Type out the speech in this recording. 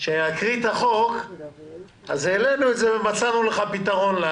כשנקריא את החוק נראה לך שמצאנו פתרון,